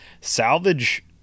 Salvage